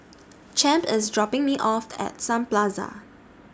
Champ IS dropping Me off At Sun Plaza